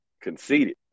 Conceited